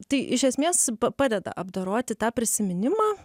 tai iš esmės pa padeda apdoroti tą prisiminimą